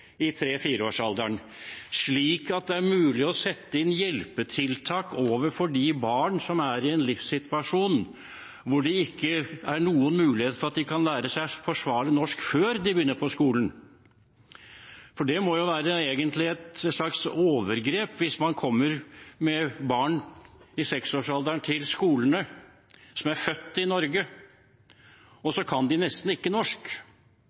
slik at det er mulig å sette inn hjelpetiltak overfor de barn som er i en livssituasjon hvor det ikke er noen mulighet for at de kan lære seg forsvarlig norsk før de begynner på skolen. Det må egentlig være et slags overgrep hvis man kommer til skolen med barn i 6-årsalderen som er født i Norge, og så kan de nesten ikke norsk.